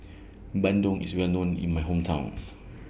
Bandung IS Well known in My Hometown